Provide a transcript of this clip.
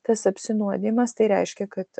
tas apsinuodijimas tai reiškia kad